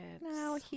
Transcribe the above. No